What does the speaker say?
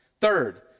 Third